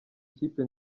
kipe